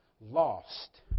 lost